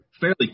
Fairly